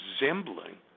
resembling